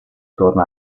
torna